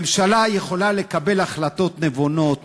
ממשלה יכולה לקבל החלטות נבונות,